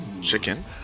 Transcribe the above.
chicken